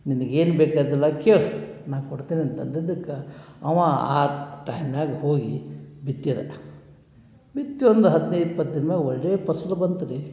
ನಿನಗೆ ಏನು ಬೇಕು ಅದೆಲ್ಲ ಕೇಳು ನಾನು ಕೊಡ್ತೀನಿ ಅಂತ ಅಂದದ್ದಕ್ಕೆ ಅವ ಆ ಟೈಮ್ನ್ಯಾಗ ಹೋಗಿ ಬಿತ್ತಿದ ಬಿತ್ತಿ ಒಂದು ಹದಿನೈದು ಇಪ್ಪತ್ತು ದಿನದಾಗ ಒಳ್ಳೆಯ ಫಸಲು ಬಂತ್ರೀ